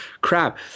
crap